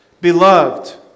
Beloved